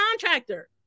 contractor